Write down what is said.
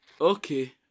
Okay